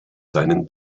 seinen